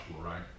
right